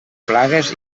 plagues